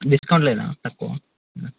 discount లేదా తక్కువ